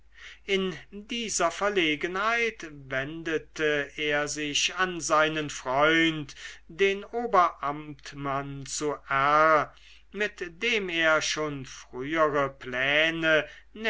in dieser verlegenheit wendete er sich an seinen freund den oberamtmann zu r mit dem er schon frühere plane